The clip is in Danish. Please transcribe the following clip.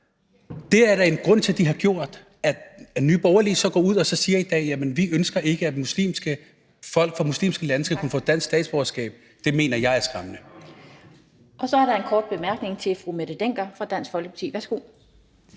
Det er der en grund til at de har gjort. At Nye Borgerlige så går ud og siger i dag, at man ikke ønsker, at folk fra muslimske lande skal kunne få dansk statsborgerskab, mener jeg er skræmmende. Kl. 13:47 Den fg. formand (Annette Lind): Tak. Så er der en kort bemærkning til fru Mette Hjermind Dencker fra Dansk Folkeparti. Værsgo.